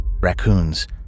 raccoons